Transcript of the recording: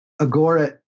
Agora